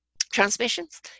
transmissions